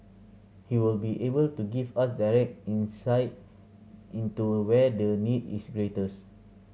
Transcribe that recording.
he will be able to give us direct insight into where the need is greatest